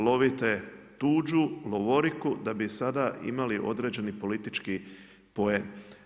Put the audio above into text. Lovite tuđu lovoriku da bi sada imali određeni politički poen.